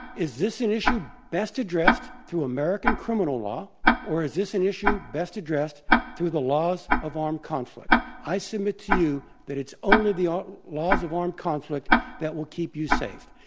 is this an issue best addressed through american criminal law or is this an issue best addressed through the laws of armed conflict? i submit to you that it's only the laws of armed conflict that will keep you safe.